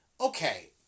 okay